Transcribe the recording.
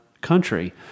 country